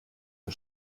der